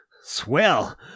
Swell